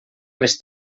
les